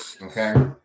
Okay